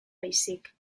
baizik